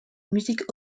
musique